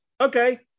Okay